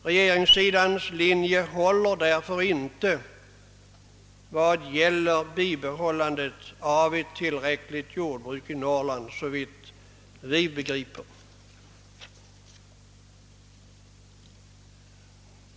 Regeringsidans linje håller därför inte vad gäller bibehållandet av ett tillräckligt jordbruk i Norrland, såvitt vi kan förstå.